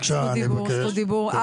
עכשיו תתכנני שזה יעבור בהסכמות.